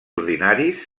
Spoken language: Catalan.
ordinaris